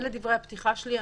אלה דברי הפתיחה שלי.